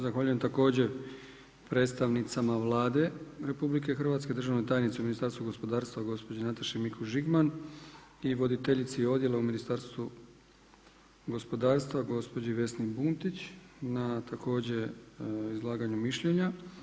Zahvaljujem također predstavnicama Vlade RH, državnoj tajnici u Ministarstvu gospodarstva gospođi Nataši Mikuš-Žigman i voditeljici odjela u Ministarstvu gospodarstva gospođi Vesni Buntić na također izlaganju mišljenja.